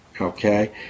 Okay